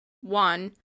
one